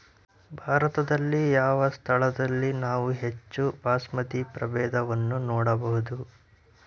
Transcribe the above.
ಭಾರತದಲ್ಲಿ ಯಾವ ಸ್ಥಳದಲ್ಲಿ ನಾವು ಹೆಚ್ಚು ಬಾಸ್ಮತಿ ಪ್ರಭೇದವನ್ನು ನೋಡಬಹುದು?